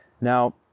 Now